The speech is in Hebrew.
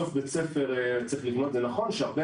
בית הספר צריך לבנות את זה זה נכון שהרבה